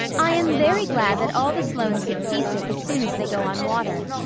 i am very glad that all the sloanes get seasick as soon as they go on water,